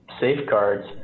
safeguards